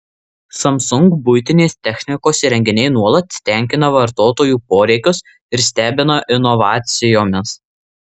samsung buitinės technikos įrenginiai nuolat tenkina vartotojų poreikius ir stebina inovacijomis